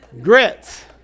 Grits